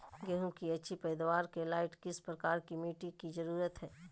गेंहू की अच्छी पैदाबार के लाइट किस प्रकार की मिटटी की जरुरत है?